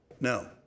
No